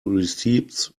receipts